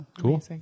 Cool